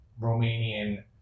Romanian